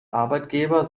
arbeitgeber